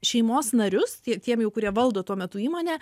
šeimos narius tiem kurie valdo tuo metu įmonę